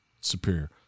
superior